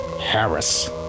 Harris